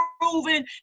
proven